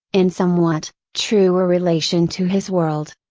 in somewhat, truer relation to his world.